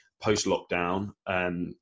post-lockdown